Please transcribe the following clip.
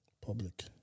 Public